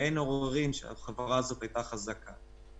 ואין עוררין שהחברה הזאת היתה חזקה.